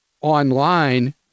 online